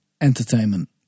Entertainment